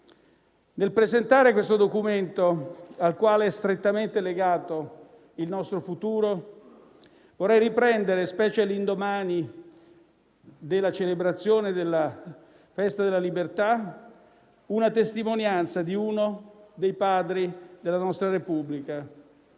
Nel presentare questo documento al quale è strettamente legato il nostro futuro, vorrei riprendere, specie all'indomani della celebrazione dell'anniversario della liberazione d'Italia, la testimonianza di uno dei Padri della nostra Repubblica.